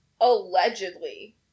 allegedly